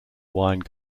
wine